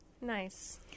Nice